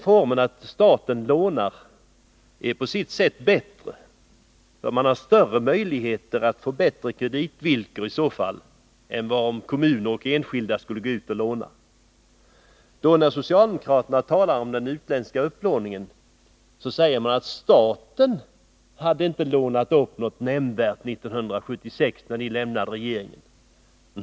Formen att staten lånar är på sitt sätt bättre, eftersom man då har större möjligheter att få förmånliga kreditvillkor än om kommuner och enskilda skulle gå ut och låna. När socialdemokraterna talar om den utländska upplåningen säger de att staten inte hade lånat upp något nämnvärt år 1976, när de lämnade regeringen.